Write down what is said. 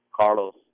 Carlos